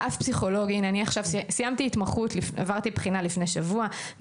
הנה, אני סיימתי התמחות, עברתי בחינה לפני שבוע.